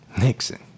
Nixon